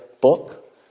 book